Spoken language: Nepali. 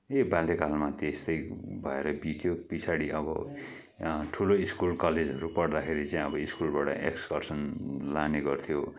ए बाल्यकालमा त्यस्तै भएर बित्यो पिछाडि अब ठुलो स्कुल कलेजहरू पढ्दाखेरि चाहिँअब स्कुलबाट एक्सकर्सन लाने गर्थ्यो